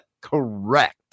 correct